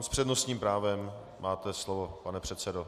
S přednostním právem máte slovo, pane předsedo.